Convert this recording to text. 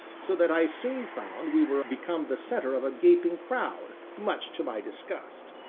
so that i soon found we were become the center of a gaping crowd, much to my disgust.